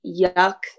yuck